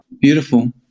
beautiful